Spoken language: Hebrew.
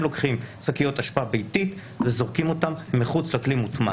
הם לוקחים שקיות אשפה ביתית וזורקים אותן מחוץ לכלי מוטמן.